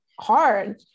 hard